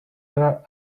her